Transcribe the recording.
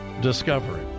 discovery